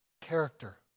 character